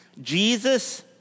Jesus